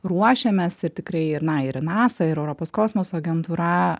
ruošiamės ir tikrai na ir į nasa ir europos kosmoso agentūra